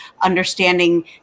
understanding